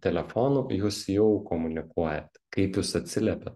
telefonu jūs jau komunikuojat kaip jūs atsiliepiat